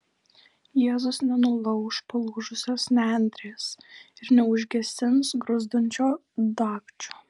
jėzus nenulauš palūžusios nendrės ir neužgesins gruzdančio dagčio